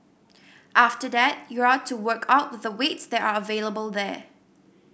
after that you're to work out with the weights that are available there